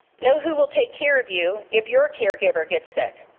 know who will take care of you if you're a caregiver get sick.